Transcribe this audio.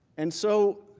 and so,